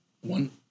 one